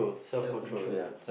self control